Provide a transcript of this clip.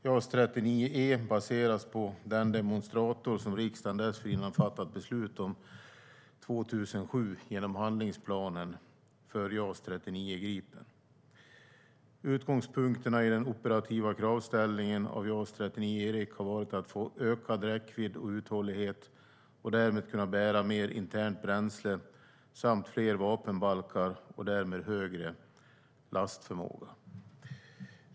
JAS 39E baseras på den demonstrator som riksdagen dessförinnan fattat beslut om 2007 genom handlingsplanen för JAS 39 Gripen. Utgångspunkterna i den operativa kravställningen på JAS 39E har varit att få ökad räckvidd och uthållighet och därmed kunna bära mer internt bränsle samt fler vapenbalkar och därmed få en högre lastförmåga.